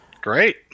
Great